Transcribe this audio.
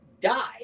die